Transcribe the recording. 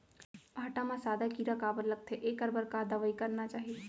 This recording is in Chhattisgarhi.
भांटा म सादा कीरा काबर लगथे एखर बर का दवई करना चाही?